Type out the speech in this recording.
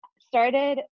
started